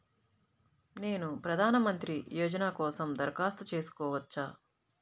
నేను ప్రధాన మంత్రి యోజన కోసం దరఖాస్తు చేయవచ్చా?